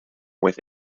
with